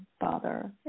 father